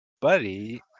buddy